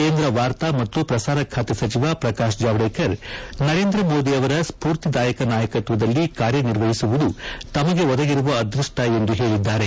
ಕೇಂದ್ರ ವಾರ್ತಾ ಮತ್ತು ಪ್ರಸಾರ ಸಚಿವ ಪ್ರಕಾಶ ಜಾವಡೇಕರ್ ನರೇಂದ್ರ ಮೋದಿ ಅವರ ಸ್ಫೂರ್ತಿದಾಯಕ ನಾಯಕತ್ವದಲ್ಲಿ ಕಾರ್ಯ ನಿರ್ವಹಿಸುವುದು ತಮಗೆ ಒದಗಿರುವ ಅದೃಷ್ಟ ಎಂದು ಹೇಳದ್ದಾರೆ